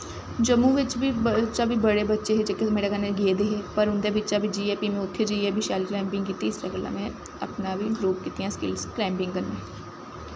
जम्मू बिच्च बी बड़े बच्चे हे जेह्के मेरे कन्नै गेदे हे पर उं'दै बिच्चा दा बी जाइयै में उत्थें जायै बी शैल कलाईंबिंग कीती इस्सै गल्ला अपनियां बी इंप्रूब कीतियां स्किलस